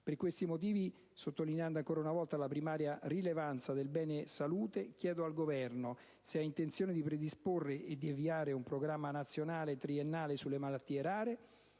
Per questi motivi, sottolineando ancora una volta la primaria rilevanza del bene salute, chiedo al Governo se abbia intenzione di predisporre ed avviare un programma nazionale triennale sulle malattie rare,